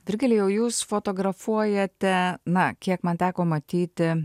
virgilijau jūs fotografuojate na kiek man teko matyti